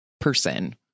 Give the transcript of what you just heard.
person